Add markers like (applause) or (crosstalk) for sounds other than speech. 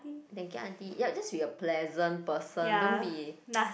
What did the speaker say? thank you auntie ya just be a pleasant person don't be (noise)